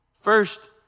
First